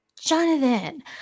jonathan